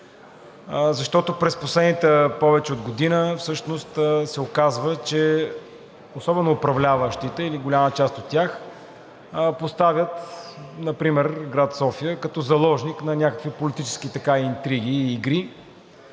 През последната повече от година всъщност се оказва, че особено управляващите или голяма част от тях поставят например град София като заложник на някакви политически интриги и игри.